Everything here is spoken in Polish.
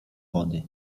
wody